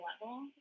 level